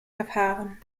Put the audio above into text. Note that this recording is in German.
verfahren